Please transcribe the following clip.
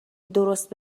درست